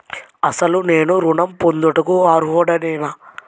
అసలు నేను ఋణం పొందుటకు అర్హుడనేన?